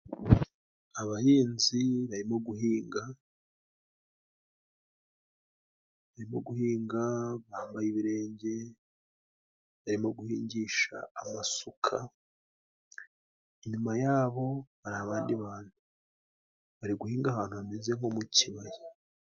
Abahinzi barimo guhinga, barimo guhinga bambaye ibirenge, barimo guhingisha amasuka. Inyuma yabo hari abandi bantu bari guhinga ahantu hameze nko mu kibaya.